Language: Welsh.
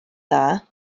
dda